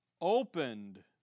Opened